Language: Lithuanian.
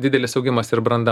didelis augimas ir branda